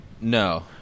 No